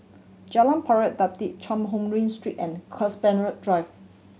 Jalan Pari Dedap Cheang Hong Lim Street and Compassvale Drive